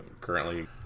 currently